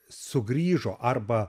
sugrįžo arba